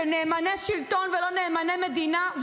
של נאמני שלטון ולא נאמני מדינה,